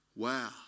Wow